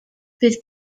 bydd